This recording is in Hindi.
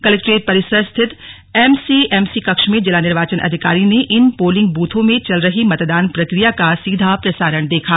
कलेक्टेट परिसर स्थित एमसीएमसी कक्ष में जिला निर्वाचन अधिकारी ने इन पोलिंग बूथों में चल रही मतदान प्रक्रिया का सीधा प्रसारण देखा